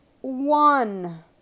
one